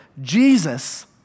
Jesus